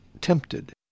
tempted